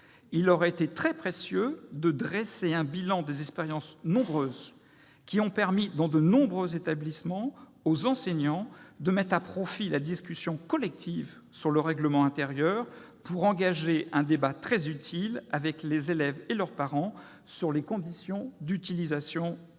il aurait été précieux de dresser un bilan des expériences nombreuses ayant permis aux enseignants, dans nombre d'établissements, de mettre à profit la discussion collective sur le règlement intérieur pour engager un débat très utile, avec les élèves et leurs parents, sur les conditions d'utilisation des